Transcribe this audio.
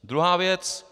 Druhá věc.